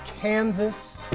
Kansas